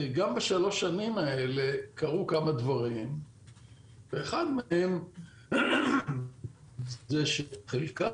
גם בשלוש השנים האלה קרו כמה דברים ואחד מהם זה שחלקת